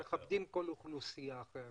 אתה יודע שאנחנו מכבדים כל אוכלוסייה אחרת.